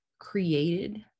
created